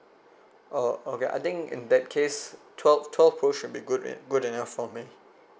oh okay I think in that case twelve twelve pro should be good e~ good enough for me